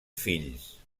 fills